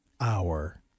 hour